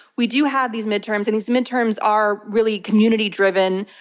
we do have these midterms, and these midterms are really community-driven.